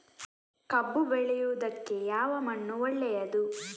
ಕಬ್ಬು ಬೆಳೆಯುವುದಕ್ಕೆ ಯಾವ ಮಣ್ಣು ಒಳ್ಳೆಯದು?